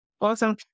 Awesome